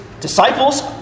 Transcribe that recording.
disciples